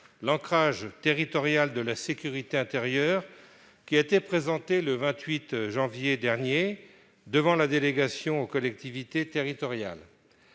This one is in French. l'ancrage territorial de la sécurité intérieure et qui a été présenté le 28 janvier dernier devant la délégation aux collectivités territoriales.